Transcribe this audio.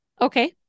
Okay